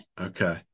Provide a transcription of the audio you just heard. okay